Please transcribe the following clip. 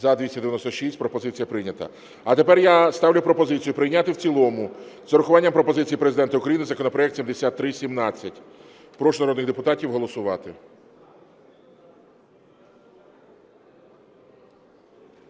За-296 Пропозиція прийнята. А тепер я ставлю пропозицію прийняти в цілому з врахуванням пропозицій Президента України законопроект 7317. Прошу народних депутатів голосувати.